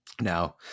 Now